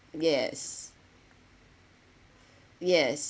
yes yes